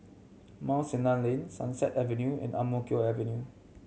Mount Sinai Lane Sunset Avenue and Ang Mo Kio Avenue